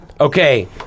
Okay